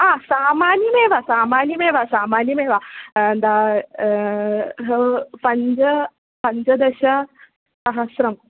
हा सामान्यमेव सामान्यमेव सामान्यमेव पञ्च पञ्चदशसहस्रम्